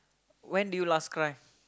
when did you last cry